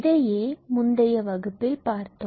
இதையே முந்திய வகுப்பில் பார்த்தோம்